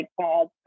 called